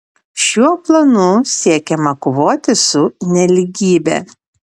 šiuo planu siekiama kovoti su nelygybe